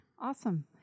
Awesome